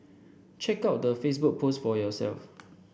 check out the Facebook post for yourself